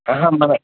మనకి